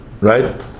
right